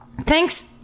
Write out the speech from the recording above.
Thanks